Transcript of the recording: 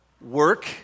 work